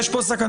יש פה סכנה?